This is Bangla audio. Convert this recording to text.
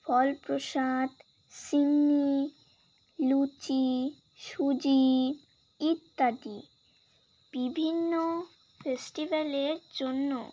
ফল প্রসাদ সিন্নি লুচি সুজি ইত্যাদি বিভিন্ন ফেস্টিভ্যালের জন্য